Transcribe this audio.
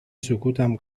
سکوتم